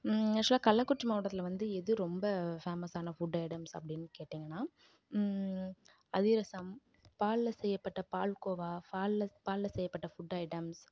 ஆக்சுவலா கள்ளக்குறிச்சி மாவட்டத்தில் வந்து எது ரொம்ப ஃபேமஸான ஃபுட் ஐட்டம்ஸ் அப்படின்னு கேட்டீங்கன்னா அதிரசம் பாலில் செய்யப்பட்ட பால் கோவா பாலில் பாலில் செய்யப்பட்ட ஃபுட் ஐட்டம்ஸ்